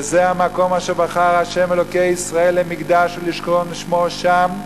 וזה המקום אשר בחר ה' אלוקי ישראל למקדש ולשכון שמו שם,